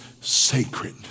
sacred